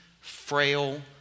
frail